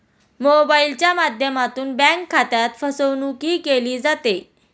मोबाइलच्या माध्यमातून बँक खात्यात फसवणूकही केली जाते